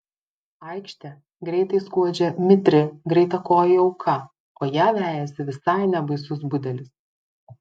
aikšte greitai skuodžia mitri greitakojė auka o ją vejasi visai nebaisus budelis